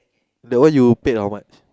the one you pay how much